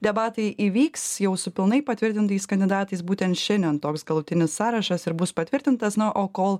debatai įvyks jau su pilnai patvirtintais kandidatais būtent šiandien toks galutinis sąrašas ir bus patvirtintas na o kol